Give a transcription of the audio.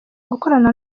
gukorana